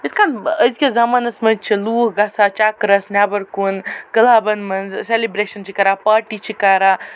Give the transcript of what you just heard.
یِتھ کَنہِ أزۍ کہ زمانَس منٛز چھِ لوٗکھ گژھان چکرَس نٮ۪بَر کُن کَلَبَن منٛز سٮ۪لبریشَن چھِ کران پارٹی چھِ کران